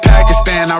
Pakistan